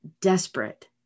desperate